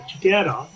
Together